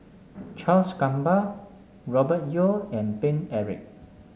Charles Gamba Robert Yeo and Paine Eric